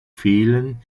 fehlen